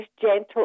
gentle